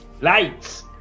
Lights